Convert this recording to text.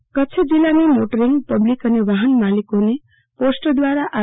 ઓ કચ્છ જિલ્લાની motoring public અને વાફન માલિકોને પોસ્ટ દ્વારા આર